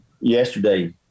yesterday